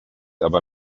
aber